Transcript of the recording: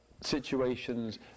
situations